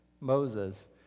Moses